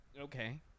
okay